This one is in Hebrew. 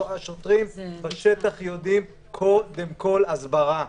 השוטרים בשטח יודעים קודם כול הסברה.